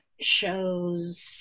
shows